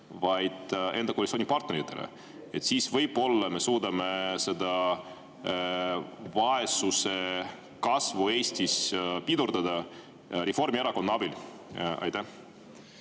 vaid enda koalitsioonipartneritele? Siis võib-olla me suudame seda vaesuse kasvu Eestis pidurdada Reformierakonna abiga. Aitäh